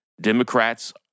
Democrats